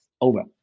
Over